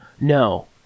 no